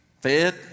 fed